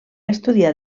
estudiar